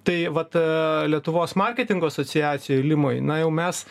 tai vat a lietuvos marketingo asociacija limoj na jau mes